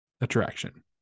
attraction